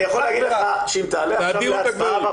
אני יכול להגיד לך שאם תעלה עכשיו להצבעה,